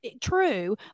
True